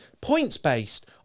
Points-based